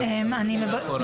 מאחורה.